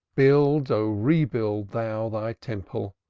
build, o rebuild thou, thy temple,